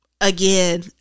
again